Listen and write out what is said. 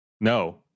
No